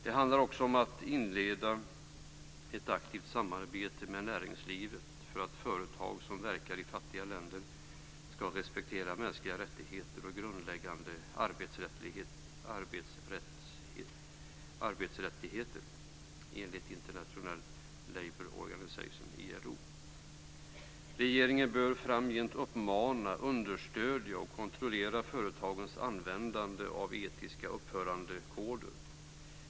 Det handlar också om att inleda ett aktivt samarbete med näringslivet för att företag som verkar i fattiga länder ska respektera mänskliga rättigheter och grundläggande arbetsrättigheter enligt International Labour Organisation, ILO. Regeringen bör framgent uppmuntra, understödja och kontrollera företagens användande av etiska uppförandekoder.